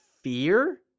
fear